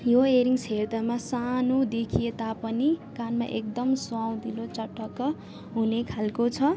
यो एयररिङ्स हेर्दामा सानो देखिए तापनि कानमा एकदम सुहाउँदिलो चटक्क हुने खालको छ